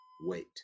wait